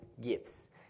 gifts